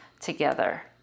together